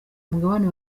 mugabane